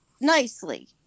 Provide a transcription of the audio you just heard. nicely